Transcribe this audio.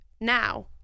now